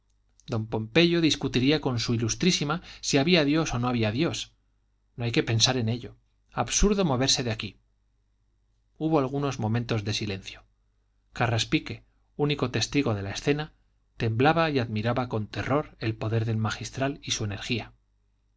don pompeyo discutiría con su ilustrísima si había dios o no había dios no hay que pensar en ello absurdo moverse de aquí hubo algunos momentos de silencio carraspique único testigo de la escena temblaba y admiraba con terror el poder del magistral y su energía